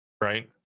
right